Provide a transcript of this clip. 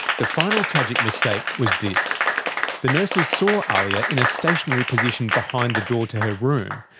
the final tragic mistake was this the nurses saw ahlia in a stationary position behind the door to her room,